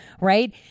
right